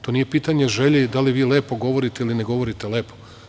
To nije pitanje želje i da li vi lepo govorite ili ne govorite lepo.